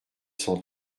cent